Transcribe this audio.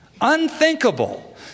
Unthinkable